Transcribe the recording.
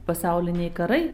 pasauliniai karai